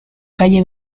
calle